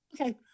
Okay